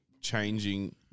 changing